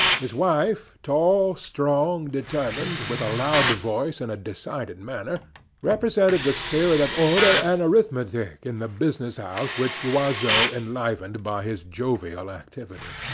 his wife-tall, strong, determined, with a loud voice and decided manner represented the spirit of order and arithmetic in the business house which loiseau enlivened by his jovial activity.